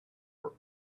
for